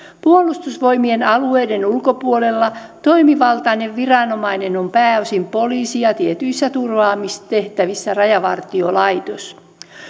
puolustusvoimien alueiden ulkopuolella toimivaltainen viranomainen on pääosin poliisi ja tietyissä turvaamistehtävissä rajavartiolaitos